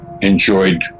enjoyed